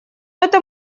это